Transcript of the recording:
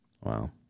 wow